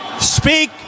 speak